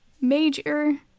major